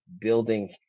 building